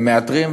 ומאתרים,